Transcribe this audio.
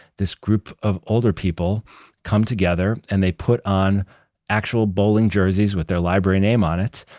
this group of older people come together and they put on actual bowling jerseys with their library name on it,